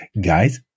Guys